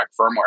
firmware